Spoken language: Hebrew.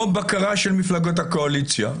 או בקרה של מפלגות הקואליציה.